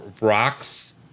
rocks